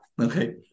Okay